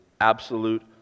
absolute